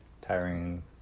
Tiring